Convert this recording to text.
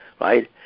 right